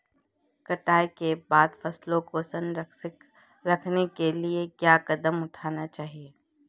कटाई के बाद फसलों को संरक्षित करने के लिए क्या कदम उठाने चाहिए?